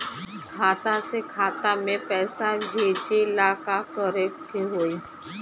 खाता से खाता मे पैसा भेजे ला का करे के होई?